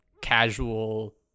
casual